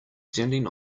standing